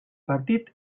partit